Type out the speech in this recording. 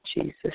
Jesus